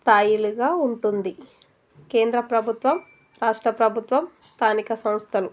స్థాయిలుగా ఉంటుంది కేంద్ర ప్రభుత్వం రాష్ట్ర ప్రభుత్వం స్థానిక సంస్థలు